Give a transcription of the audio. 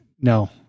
No